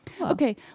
Okay